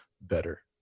better